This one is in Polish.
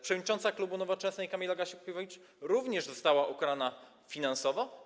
Przewodnicząca klubu Nowoczesna Kamila Gasiuk-Pihowicz również została ukarana finansowo.